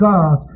God